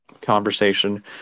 conversation